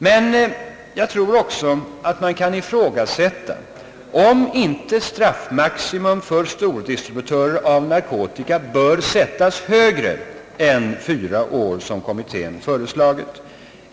Men jag tror också att man kan ifrågasätta, om inte straffmaximum för stordistributörer av narkotika bör sättas högre än enligt kommitténs förslag fyra år.